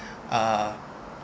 uh